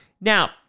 Now